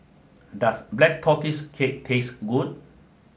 does Black Tortoise Cake taste good